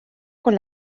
con